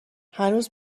هنوز